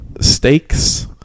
stakes